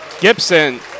Gibson